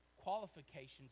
qualifications